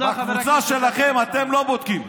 מהקבוצה שלכם אתם לא בודקים.